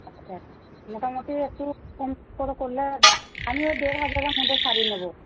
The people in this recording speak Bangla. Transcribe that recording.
আচ্ছা মোটামুটি একটু কম করে করলে আমি ওই দেড় হাজারের মধ্যে শাড়ি নেব